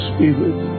Spirit